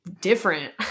different